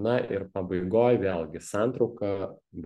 na ir pabaigoj vėlgi santrauka